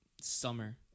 summer